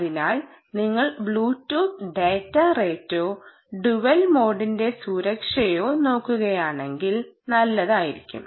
അതിനാൽ നിങ്ങൾ Bluetooth data റേറ്റോ ഡുവൽ മോഡിന്റ സുരക്ഷയോ നോക്കുകയാണെങ്കിൽ നല്ലതായിരിക്കും